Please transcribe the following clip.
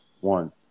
One